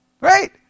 Right